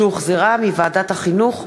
שהוחזרה מוועדת החינוך,